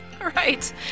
Right